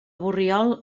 borriol